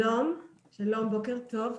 שלום ובוקר טוב.